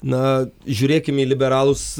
na žiūrėkime į liberalūs